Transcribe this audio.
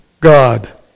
God